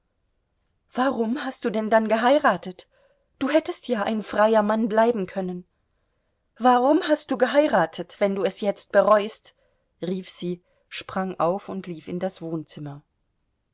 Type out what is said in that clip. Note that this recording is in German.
warum hast du denn dann geheiratet du hättest ja ein freier mann bleiben können warum hast du geheiratet wenn du es jetzt bereust rief sie sprang auf und lief in das wohnzimmer